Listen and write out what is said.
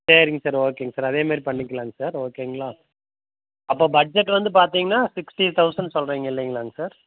சரிங் சார் ஓகேங்க சார் அதேமாரி பண்ணிக்கலாங் சார் ஓகேங்களா அப்போ பட்ஜெட் வந்து பார்த்தீங்னா சிக்ஸ்டி தௌசண்ட் சொல்றிங்க இல்லைங்களாங்க சார்